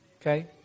Okay